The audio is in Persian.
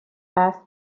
است